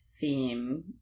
theme